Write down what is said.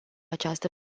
această